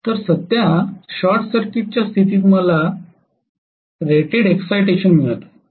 तर सध्या short circuit च्या स्थितीत मला मला रेटेड इक्साइटेशन मिळत आहे